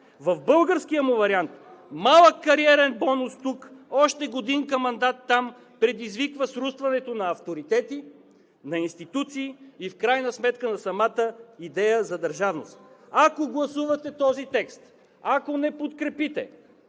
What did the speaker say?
В българския му вариант малък кариерен бонус тук, още годинка мандат там, предизвиква срутването на авторитети, на институции и в крайна сметка на самата идея за държавност. Ако гласувате този текст, ако не подкрепите